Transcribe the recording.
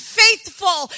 faithful